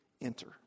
enter